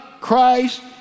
Christ